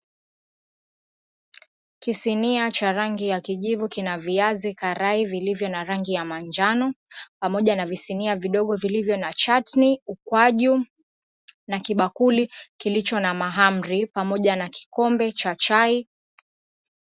Kisinia cha rangi ya kijivu kina viazi karai vilivyo na rangi ya manjano pamoja na visinia vidogo vilivyo na chatni, ukwaju na kibakuli kilicho na mahamri pamoja na kikombe cha chai.